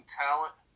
talent